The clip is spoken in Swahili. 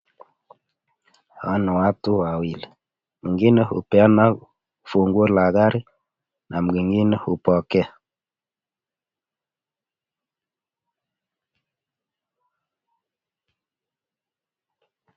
Hawa ni watu wawili mwingine upeana funguo la gari na mwingine upokea.